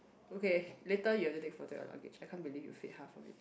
okay later you have to take photo your luggage I can't believe you fit half of it